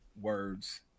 words